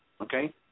okay